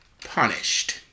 punished